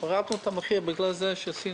הורדנו את המחיר.